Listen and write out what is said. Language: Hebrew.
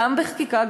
גם בחקיקה,